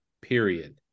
period